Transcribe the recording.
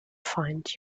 find